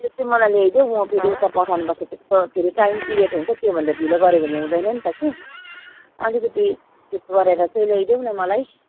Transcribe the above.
त्यो चाहिँ मलाई ल्याइदेऊ म फेरि उता पठाउनुपर्छ त्यसको फेरि टाइम पिरियड हुन्छ त्योभन्दा ढिलो गऱ्यो भने हुँदैन नि त कि अलिकति फिक्स गरेर चाहिँ ल्याइदेऊ न मलाई